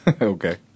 Okay